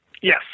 Yes